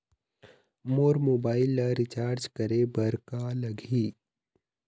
मोर mobile ला recharge करे बर का लगही?